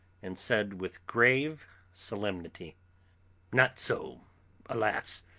and said with grave solemnity not so alas!